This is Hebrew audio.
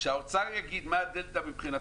האוצר צריך להגיד מה הדלתא מבחינתו: